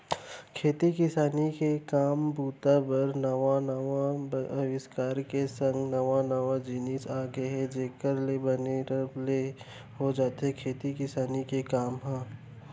खेती किसानी के काम बूता बर नवा नवा अबिस्कार के संग नवा नवा जिनिस आ गय हे जेखर ले बने रब ले हो जाथे खेती किसानी के काम ह